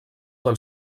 del